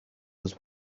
was